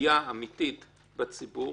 לפגיעה אמיתית בציבור.